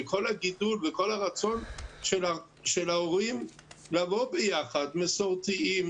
וכל הגידול וכל הרצון של ההורים לבוא ביחד מסורתיים,